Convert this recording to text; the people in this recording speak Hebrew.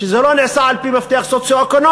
שזה לא נעשה על-פי מפתח סוציו-אקונומי.